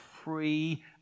free